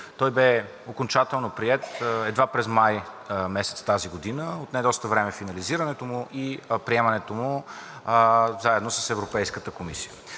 Той бе окончателно приет едва през месец май тази година, отне доста време финализирането му и приемането му заедно с Европейската комисия.